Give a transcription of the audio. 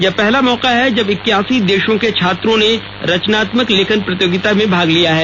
यह पहला मौका है जब इक्यासी देशों के छात्रों ने रचनात्मक लेखन प्रतियोगिता में भाग लिया है